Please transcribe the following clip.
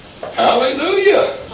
Hallelujah